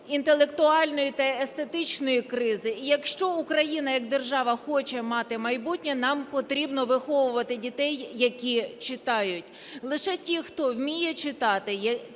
інтелектуальної та естетичної кризи. І якщо Україна як держава хоче мати майбутнє, нам потрібно виховувати дітей, які читають. Лише ті, хто вміє читати, ті,